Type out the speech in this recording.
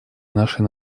нашей